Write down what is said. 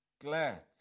glad